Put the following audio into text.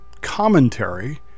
commentary